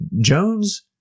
Jones